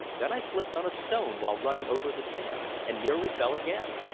then i slipped on a stone while running over the sand and nearly fell again,